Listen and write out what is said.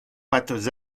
pattes